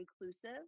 inclusive